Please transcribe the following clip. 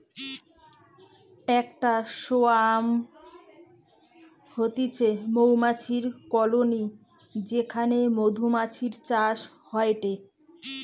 একটা সোয়ার্ম হতিছে মৌমাছির কলোনি যেখানে মধুমাছির চাষ হয়টে